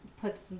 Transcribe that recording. puts